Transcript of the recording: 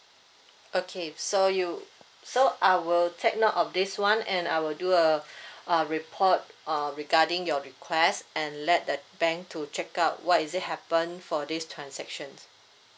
okay so you so I will take note of this [one] and I will do a a report uh regarding your request and let the bank to check out what is it happen for this transactions